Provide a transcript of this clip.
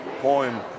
poem